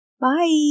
Bye